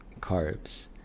carbs